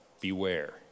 beware